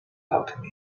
alchemy